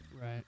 Right